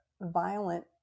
violent